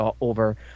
over